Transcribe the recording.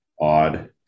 odd